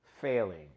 failing